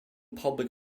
public